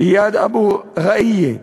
איאד אבו רעיה,